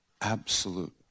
absolute